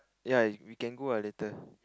ya we can go ah later